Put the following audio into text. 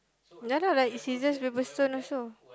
ya lah like scissors paper stone also